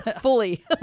Fully